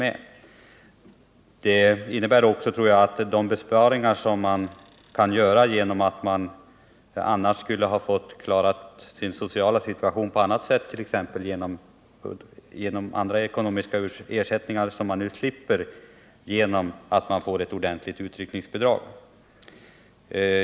Jag tror också att man kan göra besparingar genom att de värnpliktiga annars skulle ha fått klara sin sociala situation på annat sätt, t.ex. genom andra ekonomiska ersättningar, vilket man nu slipper genom att de värnpliktiga får ett ordentligt utryckningsbidrag.